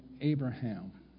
Abraham